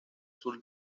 sur